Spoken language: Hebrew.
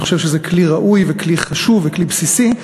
אני חושב שזה כלי ראוי, כלי חשוב וכלי בסיסי.